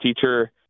teacher